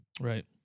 right